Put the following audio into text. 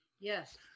Yes